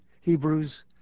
Hebrews